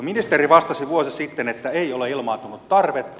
ministeri vastasi vuosi sitten että ei ole ilmaantunut tarvetta